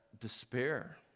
despair